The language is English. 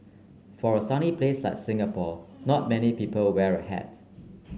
for a sunny place like Singapore not many people wear a hat